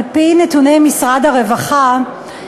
על-פי נתוני משרד הרווחה,